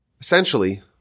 Essentially